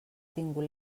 tingut